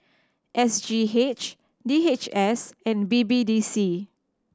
S G H D H S and B B D C